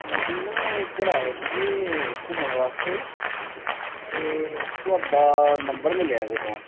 ਅਸੀਂ ਨਾ ਇੱਧਰ ਆਏ ਸੀਗੇ ਘੁੰਮਣ ਵਾਸਤੇ ਅਤੇ ਤੁਹਾਡਾ ਨੰਬਰ ਮਿਲਿਆ ਕਿਤੋਂ